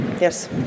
yes